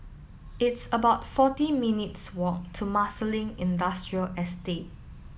it's about forty minutes' walk to Marsiling Industrial Estate